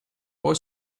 was